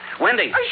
Wendy